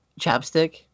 chapstick